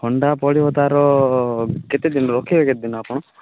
ହଣ୍ଡା ପଡ଼ିବ ତା'ର କେତେଦିନ ରଖିବେ କେତେଦିନ ଆପଣ